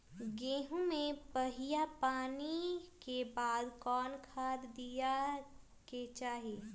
गेंहू में पहिला पानी के बाद कौन खाद दिया के चाही?